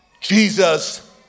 Jesus